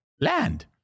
Land